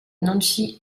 nancy